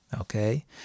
Okay